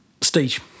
Stage